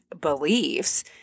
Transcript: beliefs